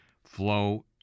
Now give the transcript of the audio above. flow